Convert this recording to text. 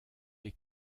est